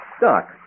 Doc